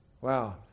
Wow